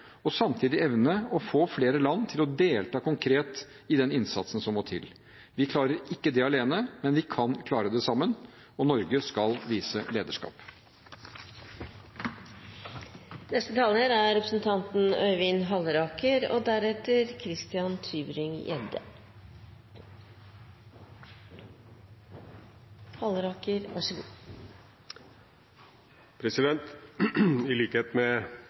og samtidig evne å få flere land til å delta konkret i den innsatsen som må til. Vi klarer ikke det alene, men vi kan klare det sammen, og Norge skal vise lederskap. I likhet med